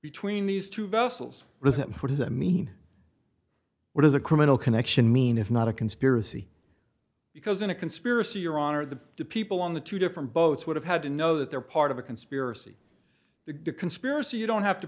between these two vessels present what is i mean what does a criminal connection mean if not a conspiracy because in a conspiracy your honor the people on the two different boats would have had to know that they're part of a conspiracy the conspiracy you don't have to